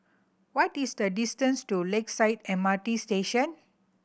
what is the distance to Lakeside M R T Station